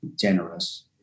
generous